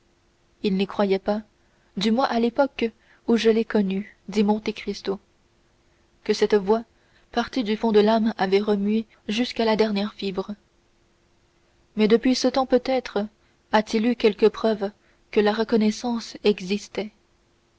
il n'y croyait pas du moins à l'époque où je l'ai connu dit monte cristo que cette voix partie du fond de l'âme avait remué jusqu'à la dernière fibre mais depuis ce temps peut-être a-t-il eu quelque preuve que la reconnaissance existait